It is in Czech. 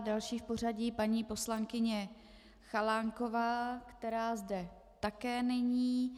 Další v pořadí je paní poslankyně Chalánková, která zde také není.